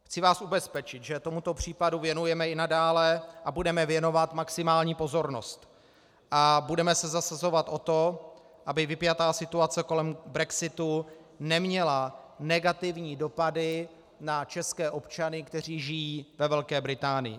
Chci vás ubezpečit, že tomuto případu věnujeme i nadále a budeme věnovat maximální pozornost a budeme se zasazovat o to, aby vypjatá situace kolem brexitu neměla negativní dopady na české občany, kteří žijí ve Velké Británii.